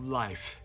life